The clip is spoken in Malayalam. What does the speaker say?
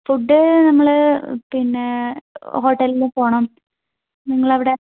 ഫുഡ്ഡ് നമ്മൾ പിന്നെ ഹോട്ടലിൽ പോകണം നിങ്ങളവിടെ